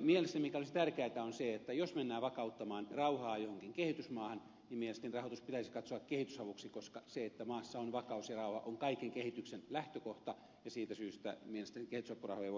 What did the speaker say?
mikä olisi mielestäni tärkeätä on se että jos mennään vakauttamaan rauhaa johonkin kehitysmaahan niin rahoitus pitäisi katsoa kehitysavuksi koska se että maassa on vakaus ja rauha on kaiken kehityksen lähtökohta ja siitä syystä mielestäni kehitysapurahoja